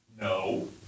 No